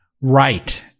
Right